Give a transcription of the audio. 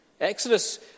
Exodus